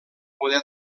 poder